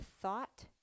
thought